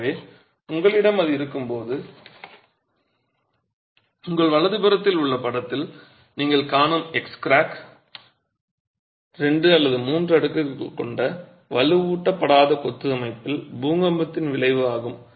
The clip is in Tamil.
எனவே உங்களிடம் அது இருக்கும்போது உங்கள் வலதுபுறத்தில் உள்ள படத்தில் நீங்கள் காணும் x கிராக் 2 அல்லது 3 அடுக்குகள் கொண்ட வலுவூட்டப்படாத கொத்து அமைப்பில் பூகம்பத்தின் விளைவு ஆகும்